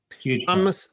huge